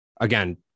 again